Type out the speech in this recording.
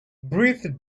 breathe